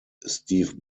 steve